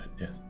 yes